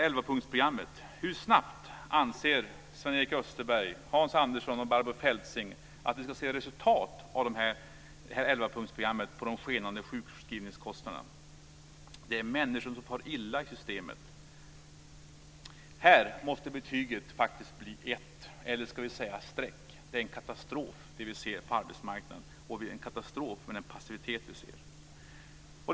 Hur snabbt anser Sven-Erik Österberg, Hans Andersson och Barbro Feltzing att vi ska se resultat av detta 11-punktsprogram när det gäller de skenande sjukskrivningskostnaderna? Det är människor som far illa i systemet. Här måste betyget faktiskt bli 1 eller streck. Det som vi ser på arbetsmarknaden är en katastrof. Och det är en katastrof med den passivitet som vi ser.